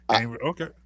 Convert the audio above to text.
Okay